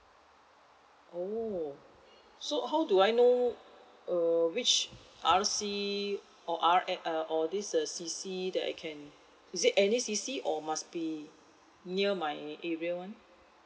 oh so how do I know err which R_C or R eh uh or this uh C_C that can is it any C_C or must be near my area one